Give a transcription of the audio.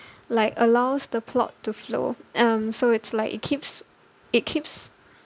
like allows the plot to flow um so it's like it keeps it keeps